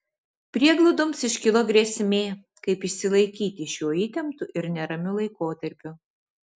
prieglaudoms iškilo grėsmė kaip išsilaikyti šiuo įtemptu ir neramiu laikotarpiu